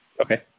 Okay